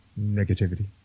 negativity